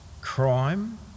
crime